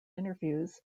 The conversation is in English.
interviews